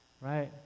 right